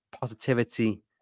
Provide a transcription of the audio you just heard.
positivity